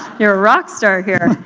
you're a rock star here.